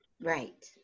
right